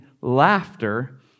laughter